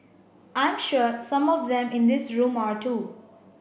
I'm sure some of them in this room are too